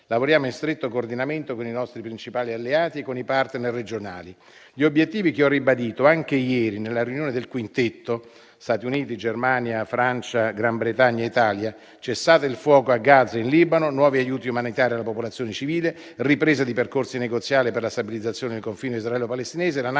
lavoriamo in stretto coordinamento con i nostri principali alleati e con i partner regionali. Gli obiettivi che ho ribadito anche ieri nella riunione del Quintetto (Stati Uniti, Germania, Francia, Gran Bretagna e Italia) sono i seguenti: cessate il fuoco a Gaza e in Libano; nuovi aiuti umanitari alla popolazione civile; ripresa di percorsi negoziali per la stabilizzazione del confine israelo-palestinese;